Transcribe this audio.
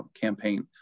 campaign